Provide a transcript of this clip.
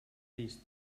crist